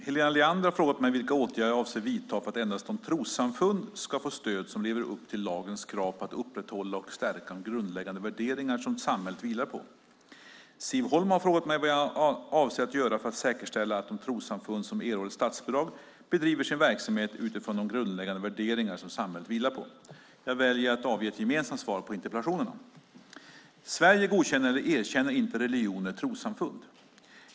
Herr talman! Helena Leander har frågat mig vilka åtgärder jag avser att vidta för att endast de trossamfund ska få stöd som lever upp till lagens krav på att upprätthålla och stärka de grundläggande värderingar som samhället vilar på. Siv Holma har frågat mig vad jag avser att göra för att säkerställa att de trossamfund som erhåller statsbidrag bedriver sin verksamhet utifrån de grundläggande värderingar som samhället vilar på. Jag väljer att avge ett gemensamt svar på interpellationerna. Sverige godkänner eller erkänner inte religioner och trossamfund.